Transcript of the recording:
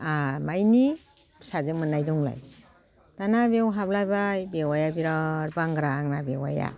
आमाइनि फिसाजो मोननाय दंलाय दाना बेयाव हाबलायबाय बेवाइआ बिराद बांग्रा आंना बेवाइया